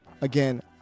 again